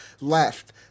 left